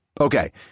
Okay